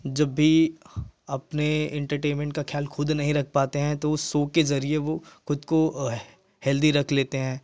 जब भी अपने एंटरटेनमेंट का ख़याल खुद नहीं रख पाते हैं तो वह उस शो के ज़रीये वो खुद को हेल्थी रख लेते हैं